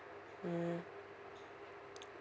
mm